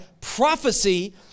prophecy